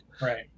Right